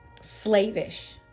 slavish